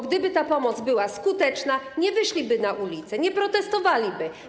Gdyby ta pomoc była skuteczna, nie wyszliby na ulicę, nie protestowaliby.